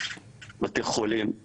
בתי חולים,